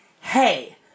Hey